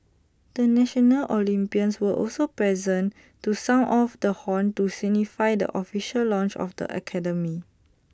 the national Olympians were also present to sound off the horn to signify the official launch of the academy